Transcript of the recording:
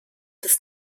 des